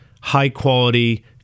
high-quality